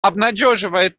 обнадеживает